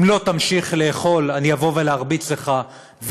אם לא תמשיך לאכול אני אבוא להרביץ לך,